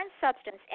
substance